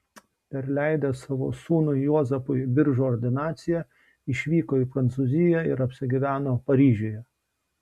perleidęs savo sūnui juozapui biržų ordinaciją išvyko į prancūziją ir apsigyveno paryžiuje